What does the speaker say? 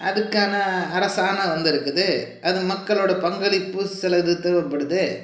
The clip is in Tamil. அதுக்கான அரசாணை வந்துருக்குது அது மக்களோடய பங்களிப்பு சிலது தேவைப்படுது